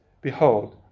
Behold